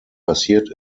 passiert